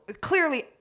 clearly